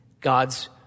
God's